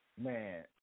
Man